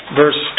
verse